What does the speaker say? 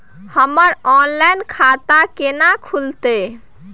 हमर ऑनलाइन खाता केना खुलते?